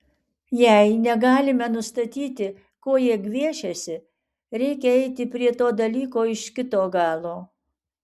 jei negalime nustatyti ko jie gviešiasi reikia eiti prie to dalyko iš kito galo